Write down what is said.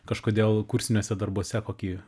kažkodėl kursiniuose darbuose kokį